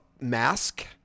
mask